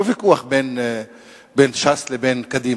הוויכוח על ראשי רשויות הוא לא ויכוח בין ש"ס לבין קדימה,